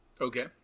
Okay